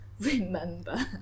remember